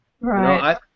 Right